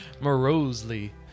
Morosely